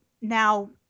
now